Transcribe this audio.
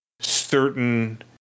certain